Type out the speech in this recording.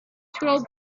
throw